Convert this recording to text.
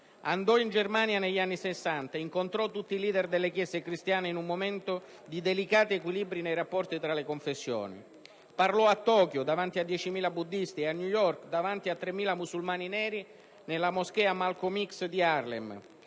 andò in Germania negli anni Sessanta e incontrò tutti i *leader* delle Chiese cristiane in un momento di delicati equilibri nei rapporti tra le confessioni. Parlò a Tokyo, davanti a diecimila buddisti, e a New York, davanti a 3.000 musulmani neri nella Moschea Malcolm X di Harlem,